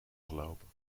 gelopen